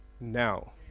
now